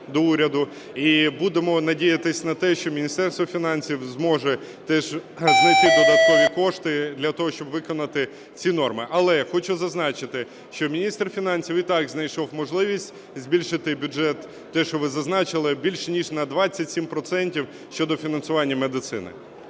і будемо надіятись на те, що Міністерство фінансів зможе теж знайти додаткові кошти для того, щоб виконати ці норми. Але хочу зазначити, що міністр фінансів і так знайшов можливість збільшити бюджет, те, що ви зазначили, більш ніж на 27 процентів щодо фінансування медицини.